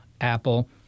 Apple